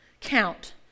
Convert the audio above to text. count